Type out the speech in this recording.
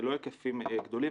זה לא היקפים גדולים,